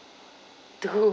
too